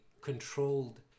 controlled